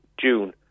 June